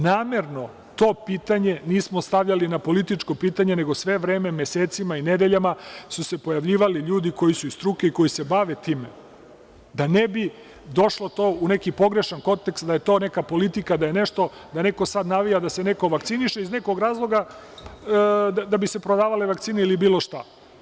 Namerno to pitanje nismo stavljali na političko pitanje, nego sve vreme, mesecima i nedeljama su se pojavljivali ljudi koji su iz struke, koji se bave time, da ne bi došlo to u neki pogrešan kontekst da je to neka politika, da neko sad navija da se neko vakciniše, iz nekog razloga da bi se prodavale vakcine ili bilo šta.